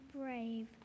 brave